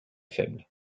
faibles